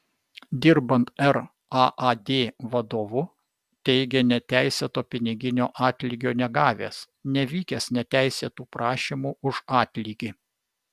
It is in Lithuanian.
dirbant raad vadovu teigė neteisėto piniginio atlygio negavęs nevykęs neteisėtų prašymų už atlygį